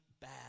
bad